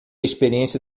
experiência